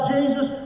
Jesus